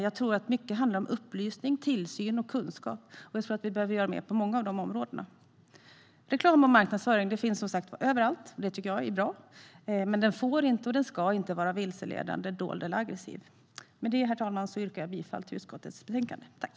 Det handlar mycket om upplysning, tillsyn och kunskap, och jag tror att vi behöver göra mer på många av de områdena. Reklam och marknadsföring finns som sagt överallt, och det tycker jag är bra. Men den får inte och ska inte vara vare sig vilseledande, dold eller aggressiv. Med detta, herr talman, yrkar jag bifall till utskottets förslag till beslut.